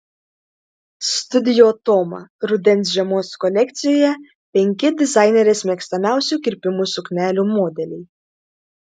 studio toma rudens žiemos kolekcijoje penki dizainerės mėgstamiausių kirpimų suknelių modeliai